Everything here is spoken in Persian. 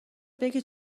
بگید